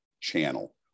channel